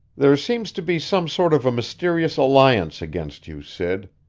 there seems to be some sort of a mysterious alliance against you, sid.